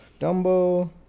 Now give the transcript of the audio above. dumbo